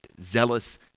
zealous